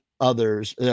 others